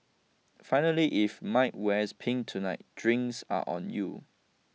finally if Mike wears pink tonight drinks are on you